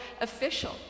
official